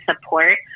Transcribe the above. support